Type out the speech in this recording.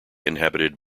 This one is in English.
inhabited